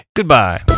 Goodbye